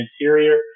interior